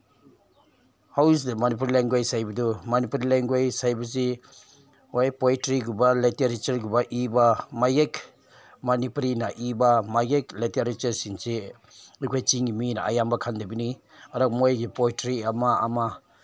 ꯍꯧꯖꯤꯛ ꯃꯅꯤꯄꯨꯔ ꯂꯦꯡꯒ꯭ꯋꯦꯖ ꯍꯥꯏꯕꯗꯨ ꯃꯅꯤꯄꯨꯔ ꯂꯦꯡꯒ꯭ꯋꯦꯖ ꯍꯥꯏꯕꯁꯤ ꯍꯣꯏ ꯄꯣꯏꯇ꯭ꯔꯤꯒꯨꯝꯕ ꯂꯤꯇꯔꯦꯆꯔꯒꯨꯝꯕ ꯏꯕ ꯃꯌꯦꯛ ꯃꯅꯤꯄꯨꯔꯤꯅ ꯏꯕ ꯃꯌꯦꯛ ꯂꯤꯇꯔꯦꯆꯔꯁꯤꯡꯁꯤ ꯑꯩꯈꯣꯏ ꯆꯤꯡꯒꯤ ꯃꯤꯅ ꯑꯌꯥꯝꯕ ꯈꯪꯗꯕꯅꯤ ꯑꯗꯣ ꯃꯣꯏꯒꯤ ꯄꯣꯏꯇ꯭ꯔꯤ ꯑꯃ ꯑꯃ